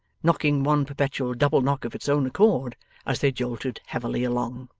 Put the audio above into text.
knocking one perpetual double knock of its own accord as they jolted heavily along.